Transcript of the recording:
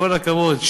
כל הכבוד,